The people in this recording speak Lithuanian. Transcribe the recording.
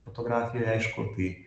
fotografijoj aišku tai